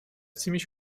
ziemlich